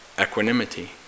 equanimity